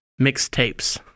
mixtapes